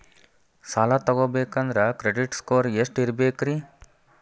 ಸಾಲ ತಗೋಬೇಕಂದ್ರ credit score ಎಷ್ಟ ಇರಬೇಕ್ರಿ?